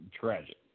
tragic